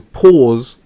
pause